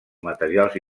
materials